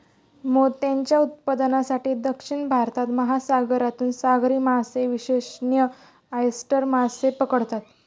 मोत्यांच्या उत्पादनासाठी, दक्षिण भारतात, महासागरातून सागरी मासेविशेषज्ञ ऑयस्टर मासे पकडतात